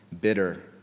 bitter